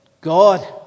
God